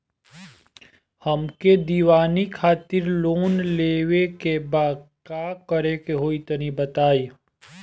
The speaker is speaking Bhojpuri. हमके दीवाली खातिर लोन लेवे के बा का करे के होई तनि बताई?